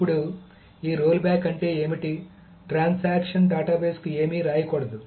ఇప్పుడు ఈ roll back అంటే ఏమిటి ట్రాన్సాక్షన్ డేటాబేస్కు ఏమీ రాయకూడదు